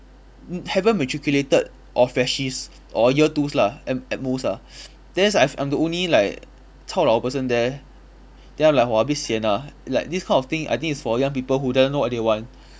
mm haven't matriculated or freshies or year twos lah at at most lah then it's like I f~ I'm the only like chao lao person there then I'm like !wah! a bit sian ah like this kind of thing I think is for young people who doesn't know what they want